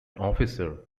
officer